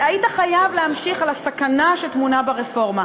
והיית חייב להמשיך על הסכנה שטמונה ברפורמה.